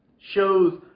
shows